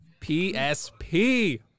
psp